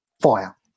fire